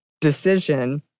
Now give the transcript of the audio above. decision